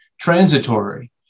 transitory